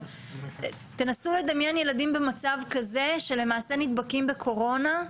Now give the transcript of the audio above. תנסו לדמיין ילדים במצב כזה שלמעשה נדבקים בקורונה.